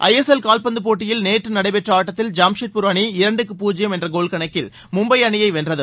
ISL கால்பந்துப் போட்டியில் நேற்று நடைபெற்ற ஆட்டத்தில் ஜாம்ஷெட்பூர் அணி இரண்டுக்கு பூஜ்யம் என்ற கோல் கணக்கில் மும்பை அணியை வென்றது